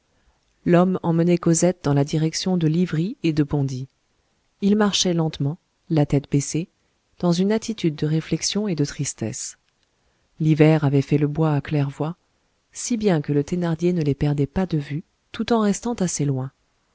l'homme emmenait cosette dans la direction de livry et de bondy il marchait lentement la tête baissée dans une attitude de réflexion et de tristesse l'hiver avait fait le bois à claire-voie si bien que le thénardier ne les perdait pas de vue tout en restant assez loin